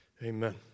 Amen